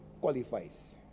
qualifies